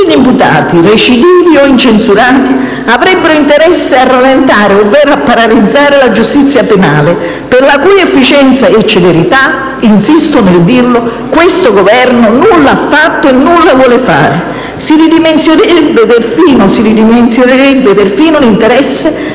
imputati recidivi o incensurati avrebbero interesse a rallentare ovvero a paralizzare la giustizia penale, per la cui efficienza e celerità questo Governo nulla ha fatto e nulla vuol fare: si ridimensionerebbe perfino l'interesse